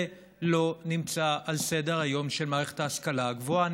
קודם זה לא נמצא על סדר-היום של מערכת ההשכלה הגבוהה.